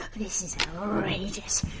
this is outrageous.